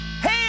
Hey